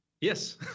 Yes